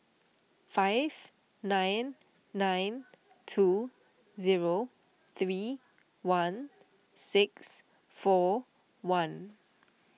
five nine nine two zero three one six four one